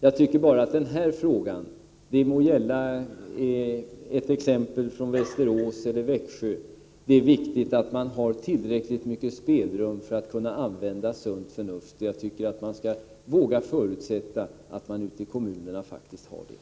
Jag tycker bara att det är viktigt att man i sådana här frågor — det må gälla exempel från Västerås eller från Växjö — har tillräckligt mycket spelrum för att kunna använda sunt förnuft. Man skall enligt min uppfattning våga förutsätta att folk ute i kommunerna faktiskt har det.